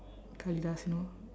kaalidas you know